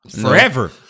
forever